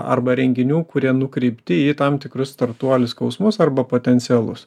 arba renginių kurie nukreipti į tam tikrus startuolių skausmus arba potencialus